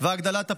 והגדלת הפריון.